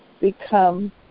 become